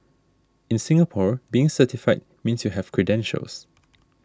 in Singapore being certified means you have credentials